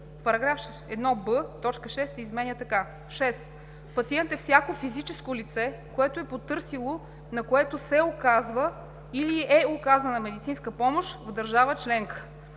в § 1б т. 6 се изменя така: „6. „Пациент“ е всяко физическо лице, което е потърсило, на което се оказва или е оказана медицинска помощ в държава членка.